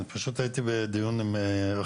אני פשוט הייתי בדיון אחר.